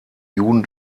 juden